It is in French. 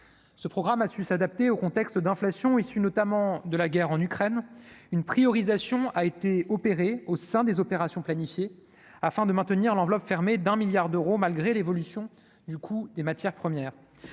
ce programme a su s'adapter au contexte d'inflation, issus notamment de la guerre en Ukraine une priorisation a été opéré au sein des opérations planifiées afin de maintenir l'enveloppe fermée d'un milliard d'euros malgré l'évolution du coût des matières premières